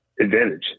advantage